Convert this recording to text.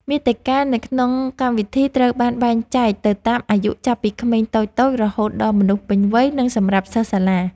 មាតិកានៅក្នុងកម្មវិធីត្រូវបានបែងចែកទៅតាមអាយុចាប់ពីក្មេងតូចៗរហូតដល់មនុស្សពេញវ័យ និង សម្រាប់សិស្សសាលា។